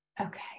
Okay